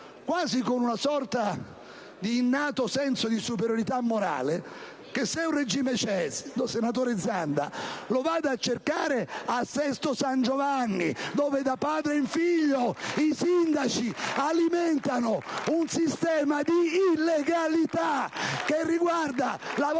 quasi con una sorta di innato senso di superiorità morale, che se un regime c'è, senatore Zanda, lo vada a cercare a Sesto San Giovanni, dove da padre in figlio i sindaci alimentano un sistema di illegalità, che riguarda la vostra